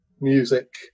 music